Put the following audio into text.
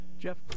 Jeff